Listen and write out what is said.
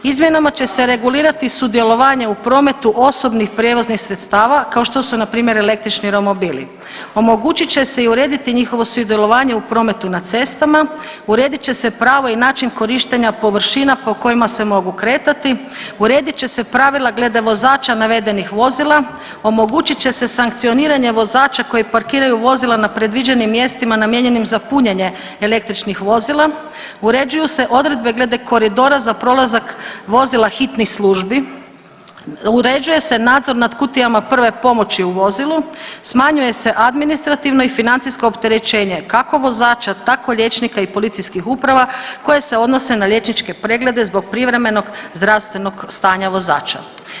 Izmjenama će se regulirati sudjelovanje u prometu osobnih prijevoznih sredstava kao što su npr. električni romobili, omogućit će se i urediti njihovo sudjelovanje u prometu na cestama, uredit će se pravo i način korištenja površina po kojima se mogu kretati, uredit će se pravila glede vozača navedenih vozila, omogući će se sankcioniranje vozača koji parkiraju vozila na predviđenim mjestima namijenjenim za punjenje električnih vozila, uređuju se odredbe glede koridora za prolazak vozila hitnih službi, uređuje se nadzor nad kutijama prve pomoći u vozilu, smanjuje se administrativno i financijsko opterećenje kako vozača, tako liječnika i policijskih uprava koje se odnose na liječničke preglede zbog privremenog zdravstvenog stanja vozača.